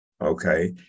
Okay